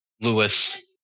Lewis